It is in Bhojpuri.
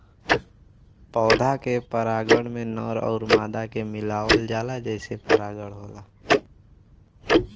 पौधा के परागण में नर आउर मादा के मिलावल जाला जेसे परागण होला